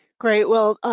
great, well,